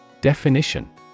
Definition